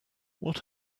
what